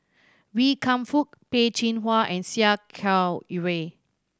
Wee Kam Fook Peh Chin Hua and Sia Kah Hui